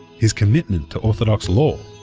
his commitment to orthodox law?